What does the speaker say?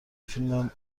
فیلم